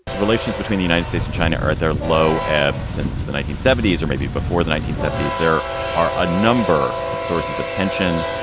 relations between the united states and china are at their low ebb. since the nineteen seventy s or maybe before the nineteen seventy s, there are a number of sources of tension.